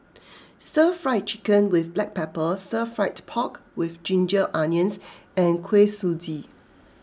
Stir Fry Chicken with Black Pepper Stir Fried Pork with Ginger Onions and Kuih Suji